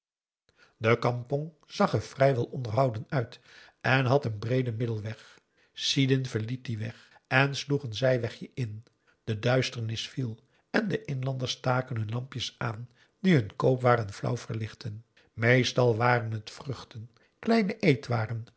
de kampong zag er vrij wel onderhouden uit en had een breeden middelweg sidin verliet dien en sloeg een zijwegje in de duisternis viel en de inlanders staken hun lampjes aan die hun koopwaren flauw verlichtten meestal waren het vruchten kleine eetwaren